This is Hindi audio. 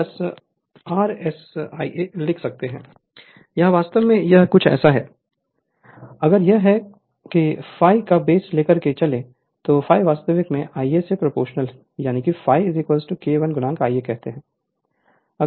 Refer Slide Time 2134 यहाँ वास्तव में यह कुछ ऐसा है अगर यह है अगर ∅ को बस लेकर चले तो ∅ वास्तविक रूप में Ia से प्रोपोर्शनल यानी कि ∅ K1 Ia कहते हैं